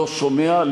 לא שומע,